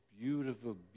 beautiful